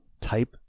type